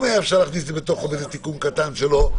אם היה אפשר להכניס את זה בתוך החוק כתיקון קטן שלו,